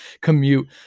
commute